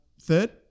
Third